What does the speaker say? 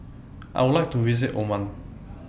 I Would like to visit Oman